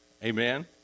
Amen